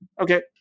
Okay